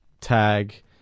tag